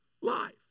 life